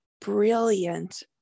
brilliant